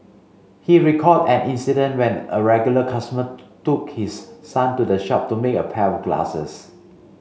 he recalled an incident when a regular customer took his son to the shop to make a pair of glasses